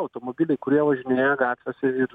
automobiliai kurie važinėja gatvėse ir